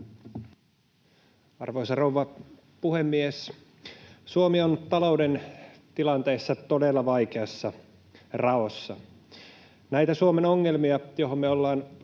Arvoisa rouva puhemies! Suomi on talouden tilanteessa todella vaikeassa raossa. Näitä Suomen ongelmia, joihin me ollaan